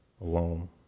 alone